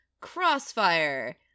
Crossfire